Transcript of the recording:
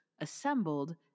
assembled